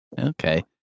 Okay